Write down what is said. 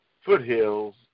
foothills